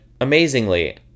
amazingly